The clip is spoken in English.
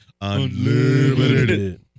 Unlimited